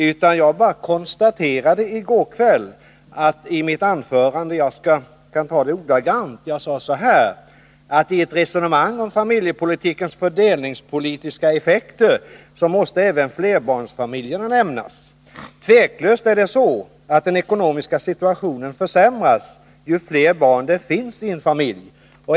Vad jag i går kväll konstaterade i mitt huvudanförande var ordagrant följande: ”I ett resonemang om familjepolitikens fördelningspolitiska effekter måste även flerbarnsfamiljerna nämnas. Tveklöst är det så att den ekonomiska situationen försämras ju fler barn det finns i en familj.